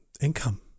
income